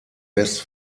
west